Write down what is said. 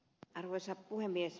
arvoisa puhemies